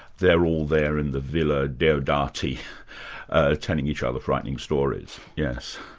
they're all there in the villa diodati telling each other frightening stories, yes.